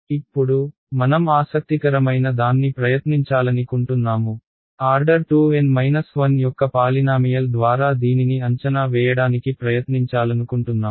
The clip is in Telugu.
ఇప్పుడు మనం ఆసక్తికరమైన దాన్ని ప్రయత్నించాలని కుంటున్నాము ఆర్డర్ 2 N 1 యొక్క పాలినామియల్ ద్వారా దీనిని అంచనా వేయడానికి ప్రయత్నించాలనుకుంటున్నాము